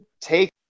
take –